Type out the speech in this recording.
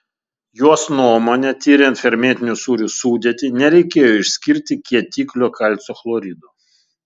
jos nuomone tiriant fermentinių sūrių sudėtį nereikėjo išskirti kietiklio kalcio chlorido